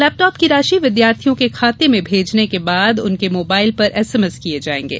laptop की राशि विद्यार्थियों के खाते में भेजने के बाद उनके मोबाइल पर एसएमएस किये जाएंगे